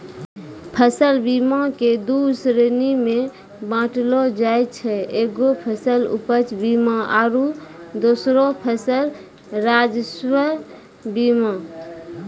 फसल बीमा के दु श्रेणी मे बाँटलो जाय छै एगो फसल उपज बीमा आरु दोसरो फसल राजस्व बीमा